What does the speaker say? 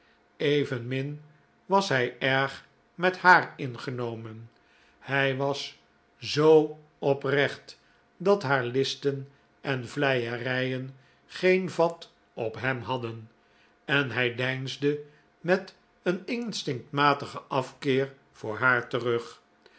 evenmin was hij erg met haar ingenomen hij was zoo oprecht dat haar listen en vleierijen geen vat op hem hadden en hij deinsde met een instinctmatigen af keer voor haar terug